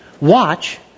watch